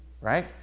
right